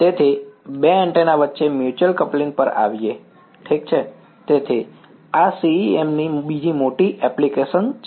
તેથી બે એન્ટેના વચ્ચે મ્યુચ્યલ કપ્લીંગ પર આવીએ ઠીક છે તેથી આ CEM ની બીજી મોટી એપ્લિકેશન છે